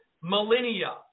millennia